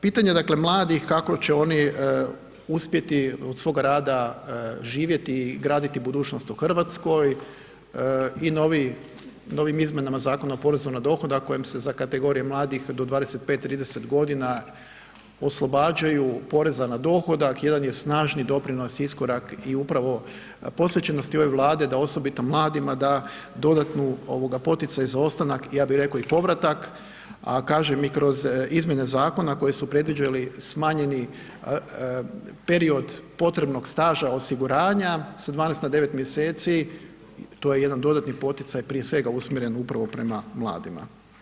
Pitanje, dakle mladih kako će oni uspjeti od svog rada živjeti i graditi budućnost u RH i noviji, novim izmjenama Zakona o porezu na dohodak kojim se za kategorije mladih do 25-30.g. oslobađaju poreza na dohodak jedan je snažni doprinos i iskorak i upravo posvećenost i ove Vlade da osobito mladima da dodatnu ovoga poticaj za ostanak, ja bi reko i povratak, a kažem i kroz izmjene zakona koje su predviđeli smanjeni period potrebnog staža osiguranja sa 12 na 9 mjeseci, to je jedan dodatni poticaj, prije svega usmjeren upravo prema mladima.